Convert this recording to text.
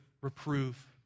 reprove